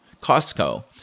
Costco